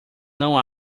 não